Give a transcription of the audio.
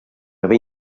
haver